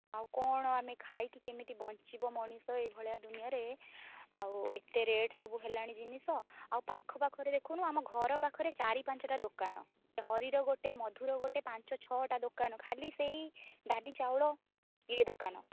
ଆଉ କ'ଣ ଆମେ ଖାଇକି କେମିତି ବଞ୍ଚିବ ମଣିଷ ଏଇ ଭଳିଆ ଦୁନିଆରେ ଆଉ ଏତେ ରେଟ୍ ସବୁ ହେଲାଣି ଜିନିଷ ଆଉ ପାଖ ପାଖରେ ଦେଖୁନୁ ଆମ ଘର ପାଖରେ ଚାରି ପାଞ୍ଚଟା ଦୋକାନ ହରିର ଗୋଟେ ମଧୁର ଗୋଟେ ପାଞ୍ଚ ଛଅଟା ଦୋକାନ ଖାଲି ସେଇ ଡାଲି ଚାଉଳ ଇଏ ଦୋକାନ